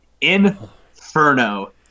Inferno